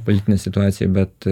politinė situacija bet